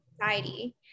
society